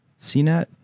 CNET